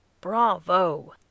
Bravo